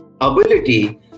ability